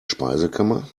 speisekammer